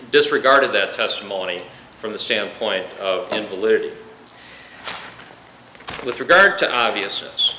disregarded that testimony from the standpoint of invalid with regard to obvious